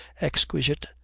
exquisite